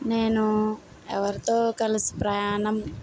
నేను ఎవరితో కలిసి ప్రయాణం